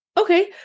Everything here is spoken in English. Okay